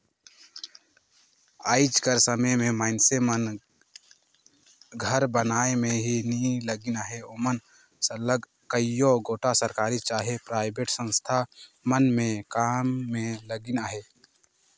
आएज कर समे में मइनसे मन घर बनई में ही नी लगिन अहें ओमन सरलग कइयो गोट सरकारी चहे पराइबेट संस्था मन में काम में लगिन अहें